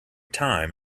time